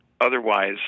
Otherwise